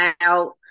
out